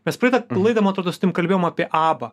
mes praeitą laidą man atrodo su tavim kalbėjom apie abą